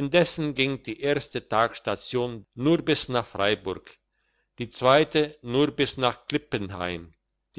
indessen ging die erste tagsstation nur bis nach freiburg die zweite nur bis nach kippenheim